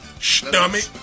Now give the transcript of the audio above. Stomach